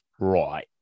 right